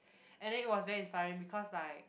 and then it was very inspiring because like